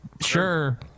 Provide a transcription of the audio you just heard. sure